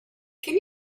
can